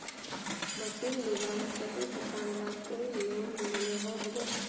Machine लुबार केते किसान लाक कोई लोन मिलोहो होबे?